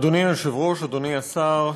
אדוני היושב-ראש, אדוני השר,